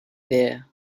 there